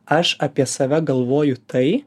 aš apie save galvoju tai